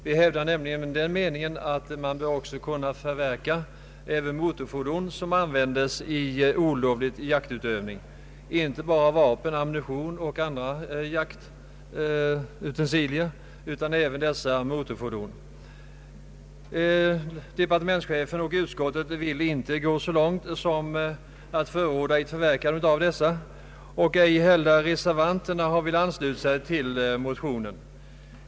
Vi hävdar nämligen den meningen att också motorfordon som användes i olovlig jaktutövning bör kunna förverkas, inte bara vapen, ammunition och andra jaktutensilier. Departementschefen och utskottet vill inte gå så långt som till att förorda att även motorfordon förverkas, och inte heller reservanterna har velat ansluta sig till vår motion.